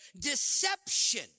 deception